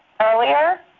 earlier